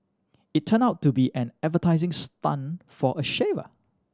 it turned out to be an advertising stunt for a shaver